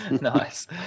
Nice